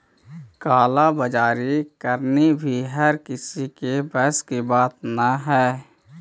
काला बाजारी करनी भी हर किसी के बस की बात न हई